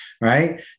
right